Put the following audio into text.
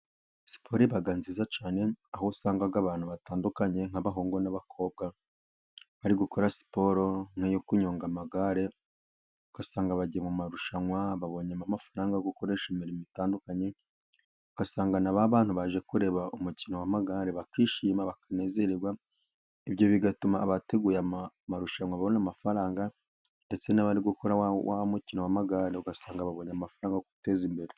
Siporo iba nziza cyane aho usanga abantu batandukanye nk'abahungu n'abakobwa, bari gukora siporo nk'iyo kunyonga amagare, ugasanga bagiye mu marushanwa babonyemo amafaranga yo gukoresha imirimo itandukanye, ugasanga na ba bantu baje kureba umukino w'amagare bakishima bakanezererwa, ibyo bigatuma abateguye amarushanwa babonye amafaranga, ndetse n'abari gukora wa mukino w'amagare, ugasanga babonye amafaranga yo kwiteza imbere.